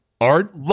Art